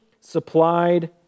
supplied